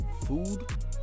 food